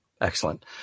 Excellent